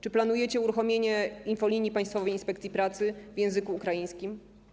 Czy planujecie uruchomienie infolinii Państwowej Inspekcji Pracy w języku ukraińskim?